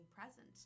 present